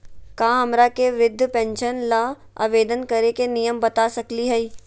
का हमरा के वृद्धा पेंसन ल आवेदन करे के नियम बता सकली हई?